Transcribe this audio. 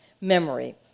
memory